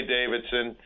Davidson